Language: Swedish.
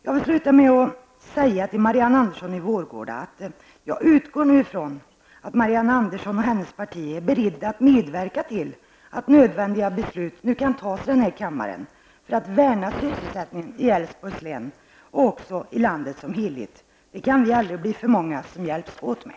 Jag vill sluta med att säga till Marianne Andersson i Vårgårda att jag utgår nu ifrån att Marianne Andersson och hennes parti är beredda att medverka till att nödvändiga beslut kan tas här i kammaren för att värna sysselsättningen i Älvsborgs län och också i landet som helhet. Det kan vi aldrig bli för många som hjälpas åt med.